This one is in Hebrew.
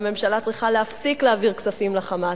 והממשלה צריכה להפסיק להעביר כספים ל"חמאס".